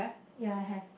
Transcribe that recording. ya I have